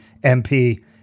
MP